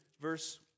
verse